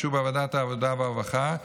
באישור ועדת העבודה והרווחה,